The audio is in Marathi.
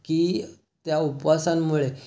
की त्या उपवासांमुळे